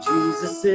Jesus